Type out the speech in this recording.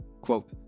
Quote